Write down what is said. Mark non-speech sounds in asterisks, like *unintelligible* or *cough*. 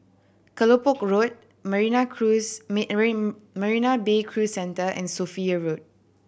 Kelopak Road Marina Cruise *unintelligible* Marina Bay Cruise Centre and Sophia Road